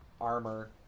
armor